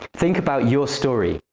think about your story.